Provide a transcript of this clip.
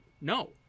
no